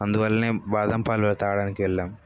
అందువలనే బాదం పాలు త్రాగడానికి వెళ్ళాము